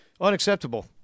unacceptable